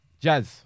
Jazz